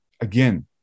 again